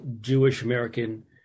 Jewish-American